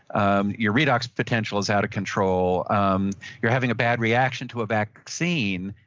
um your redox potential is out of control. um you're having a bad reaction to a vaccine,